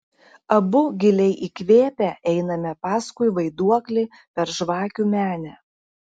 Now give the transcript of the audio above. abu giliai įkvėpę einame paskui vaiduoklį per žvakių menę